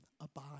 abide